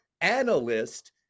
analyst